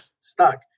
stuck